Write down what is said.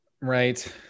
Right